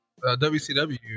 WCW